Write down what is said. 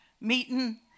meeting